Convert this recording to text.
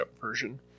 version